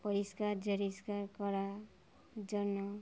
পরিষ্কার জরিষ্কার করার জন্য